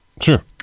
Sure